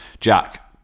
Jack